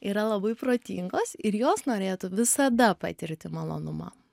yra labai protingos ir jos norėtų visada patirti malonumą